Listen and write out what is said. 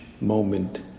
moment